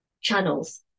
channels